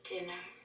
dinner